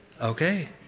Okay